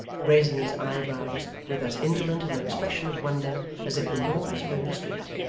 raising his eyebrows with as indolent an expression of wonder as if the noise were in the street,